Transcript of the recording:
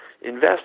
invest